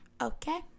okay